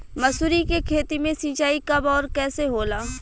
मसुरी के खेती में सिंचाई कब और कैसे होला?